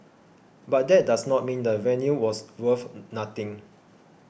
but that does not mean the venue was worth nothing